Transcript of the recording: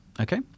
Okay